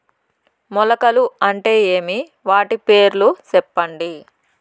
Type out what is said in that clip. మొలకలు అంటే ఏమి? వాటి పేర్లు సెప్పండి?